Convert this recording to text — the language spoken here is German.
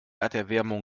erderwärmung